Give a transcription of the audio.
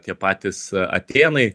tie patys atėnai